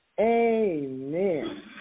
Amen